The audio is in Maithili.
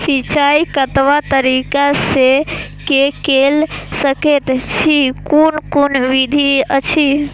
सिंचाई कतवा तरीका स के कैल सकैत छी कून कून विधि अछि?